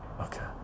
Okay